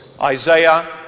Isaiah